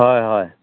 হয় হয়